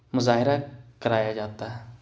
مظاہرہ کرایا جاتا ہے